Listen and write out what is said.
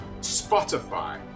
Spotify